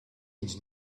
needs